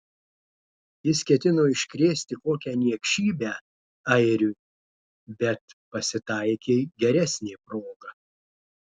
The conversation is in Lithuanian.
jis ketino iškrėsti kokią niekšybę airiui bet pasitaikė geresnė proga